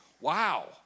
wow